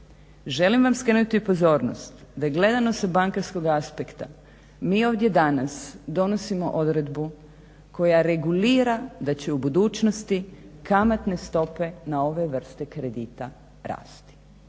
Želim vam skrenuti pozornost da gledano sa bankarskog aspekta mi ovdje danas donosimo odredbu koja regulira da će u budućnosti kamatne stope na ove vrste kredita rasti.